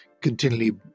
continually